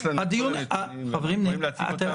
יש לנו את כל הנתונים ואנחנו יכולים להציג אותם.